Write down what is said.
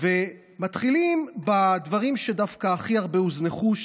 ומתחילים בדברים שדווקא הכי הרבה הוזנחו,